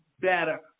better